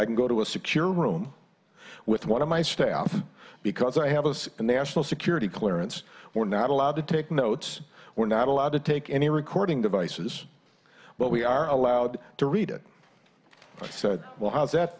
i can go to a secure room with one of my staff because i have a national security clearance we're not allowed to take notes we're not allowed to take any recording devices but we are allowed to read it i said well how does that